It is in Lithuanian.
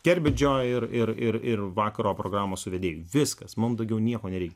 kerbedžio ir ir vakaro programos vedėjų viskas mumdaugiau nieko nereikia